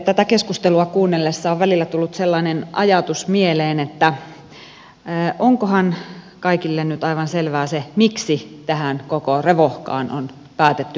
tätä keskustelua kuunnellessa on välillä tullut sellainen ajatus mieleen onkohan kaikille nyt aivan selvää se miksi tähän koko revohkaan on päätetty lähteä